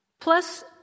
plus